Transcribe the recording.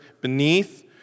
beneath